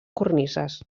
cornises